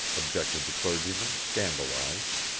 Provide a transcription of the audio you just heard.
objected the clergyman, scandalized.